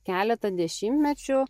keleta dešimmečių